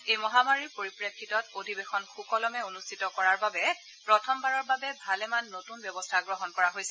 এই মহামাৰীৰ পৰিপ্ৰেক্ষিতত অধিৱেশন সুকলমে অনুষ্ঠিত কৰাৰ বাবে প্ৰথমবাৰৰ বাবে ভালেমান নতুন ব্যৱস্থা গ্ৰহণ কৰা হৈছে